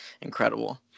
incredible